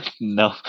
No